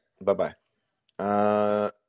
Bye-bye